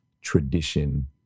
tradition